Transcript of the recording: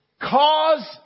cause